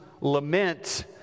lament